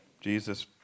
Jesus